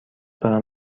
دارم